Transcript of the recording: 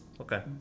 okay